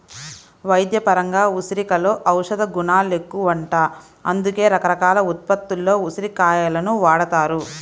వైద్యపరంగా ఉసిరికలో ఔషధగుణాలెక్కువంట, అందుకే రకరకాల ఉత్పత్తుల్లో ఉసిరి కాయలను వాడతారు